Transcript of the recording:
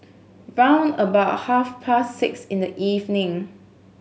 round about half past six in the evening